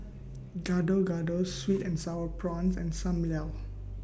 Gado Gado Sweet and Sour Prawns and SAM Lau